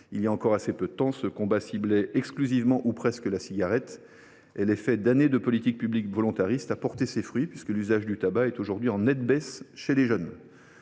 Il y a encore peu de temps, ce combat ciblait exclusivement, ou presque, la cigarette, sur laquelle l’effet des années de politique publique volontariste a porté ses fruits puisque l’usage du tabac est aujourd’hui en nette baisse chez les jeunes.